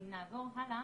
אם נעבור הלאה.